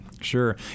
Sure